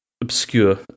obscure